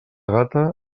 gata